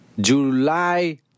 July